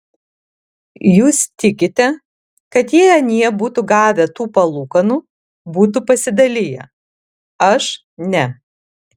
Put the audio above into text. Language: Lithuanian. jūs tikite kad jei anie būtų gavę tų palūkanų būtų pasidaliję aš ne